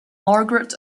margaret